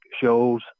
shows